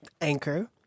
Anchor